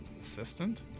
assistant